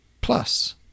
Plus